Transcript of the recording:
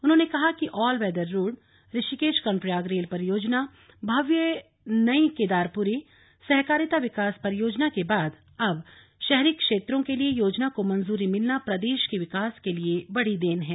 उन्होंने कहा कि all weather road Rishikesh Karnaprayag rail परियोजना भव्य नई केदारपुरी सहकारिता विकास परियोजना के बाद अब शहरी क्षेत्रों के लिए योजना को मंजूरी मिलना प्रदेश के विकास के लिए बड़ी देन है